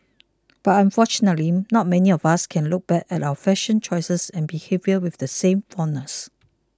but unfortunately not many of us can look back at our fashion choices and behaviour with the same fondness